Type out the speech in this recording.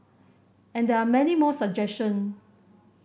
and there are many more suggestion